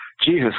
Jesus